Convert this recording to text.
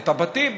את הבתים,